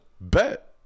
bet